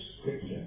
scripture